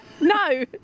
No